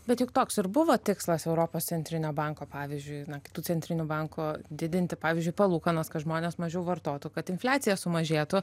bet juk toks ir buvo tikslas europos centrinio banko pavyzdžiui na kitų centrinių bankų didinti pavyzdžiui palūkanos kad žmonės mažiau vartotų kad infliacija sumažėtų